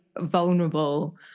vulnerable